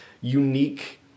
unique